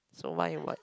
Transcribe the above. why you what